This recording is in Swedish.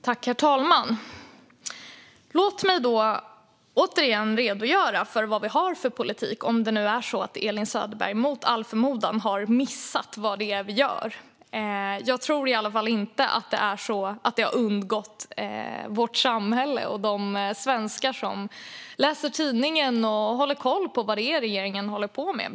Herr talman! Låt mig återigen redogöra för vad vi har för politik, om det är så att Elin Söderberg mot all förmodan har missat vad det är vi gör. Jag tror inte att det har undgått vårt samhälle och de svenskar som läser tidningen och håller koll på vad regeringen håller på med.